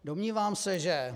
Domnívám se, že...